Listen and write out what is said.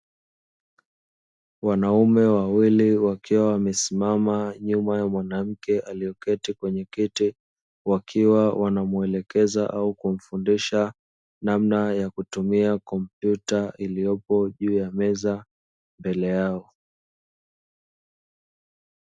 Wanaume wawili wakiwa wamesimama nyuma ya mwanamke aliyeketi kwenye kiti wakiwa wanamuelekeza au kumfundisha namna ya kutumia kompyuta iliyopo juu ya meza mbele yao.